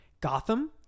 Gotham